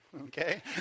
okay